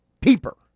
peeper